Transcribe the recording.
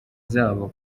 zabo